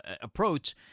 approach